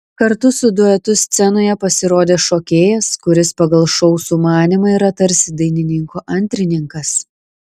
kartu su duetu scenoje pasirodė šokėjas kuris pagal šou sumanymą yra tarsi dainininko antrininkas